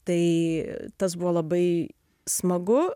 tai tas buvo labai smagu